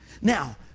Now